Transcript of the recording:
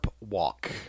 walk